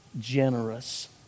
generous